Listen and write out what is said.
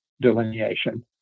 delineation